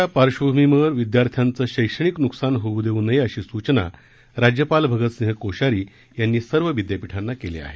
कोरोनाच्या पार्श्वभूमीवर विद्यार्थ्यांचं शक्तणिक नुकसान होऊ देऊ नये अशी सूचना राज्यपाल भगतसिंह कोश्यारी यांनी सर्व विद्यापीठांना केली आहे